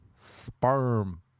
Sperm